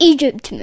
Egypt